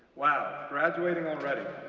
wow, graduating already,